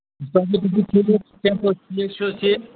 تُہۍ چھِو ٹھیٖکھٕے ٹھیٖک چھِو حظ ٹھیٖک